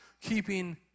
keeping